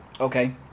Okay